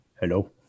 Hello